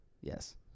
Yes